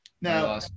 Now